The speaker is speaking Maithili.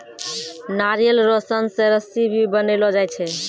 नारियल रो सन से रस्सी भी बनैलो जाय छै